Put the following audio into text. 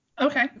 Okay